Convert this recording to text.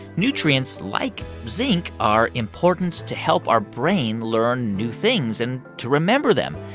nutrients like zinc are important to help our brain learn new things and to remember them.